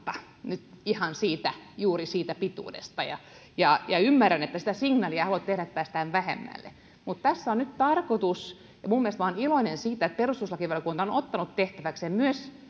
ihan juuri siitä pituudesta ymmärrän että sitä signaalia ei haluta antaa että päästään vähemmällä mutta tässä on nyt tarkoitus ja minä olen iloinen siitä että perustuslakivaliokunta on sen myös ottanut tehtäväkseen